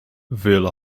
vele